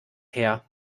her